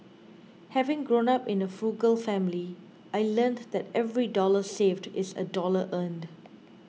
having grown up in a frugal family I learnt that every dollar saved is a dollar earned